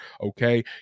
okay